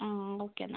ആ ഓക്കെ എന്നാൽ